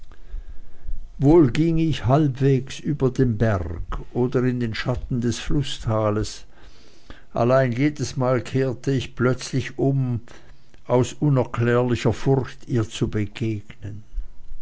wohl ging ich halbwegs über den berg oder in den schatten des flußtales allein jedesmal kehrte ich plötzlich um aus unerklärlicher furcht ihr zu begegnen